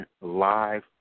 live